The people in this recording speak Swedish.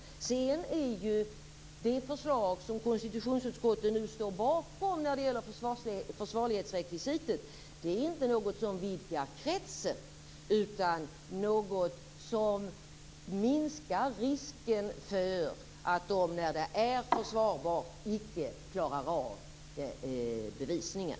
Det förslag som konstitutionsutskottet nu står bakom när det gäller försvarlighetsrekvisitet vidgar inte kretsen. Det minskar risken för att man när innehav är försvarbart icke klarar av bevisningen.